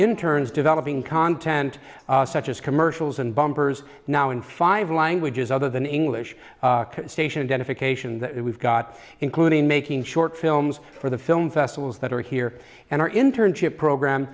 turns developing content such as commercials and bumpers now in five languages other than english station dedication that we've got including making short films for the film festivals that are here and our internship program